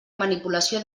manipulació